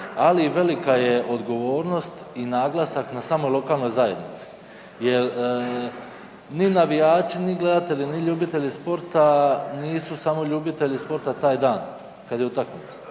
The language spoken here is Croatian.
i velika odgovornost i naglasak na samoj lokalnoj zajednici jer ni navijači ni gledatelji ni ljubitelji sporta, nisu samo ljubitelji sporta taj dan kad je utakmica,